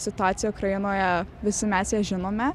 situacija ukrainoje visi mes ją žinome